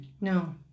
No